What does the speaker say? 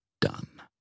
done